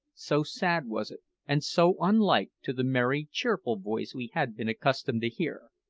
so sad was it, and so unlike to the merry, cheerful voice we had been accustomed to hear.